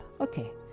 okay